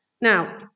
now